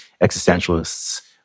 Existentialists